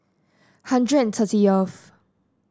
hundred and thirty of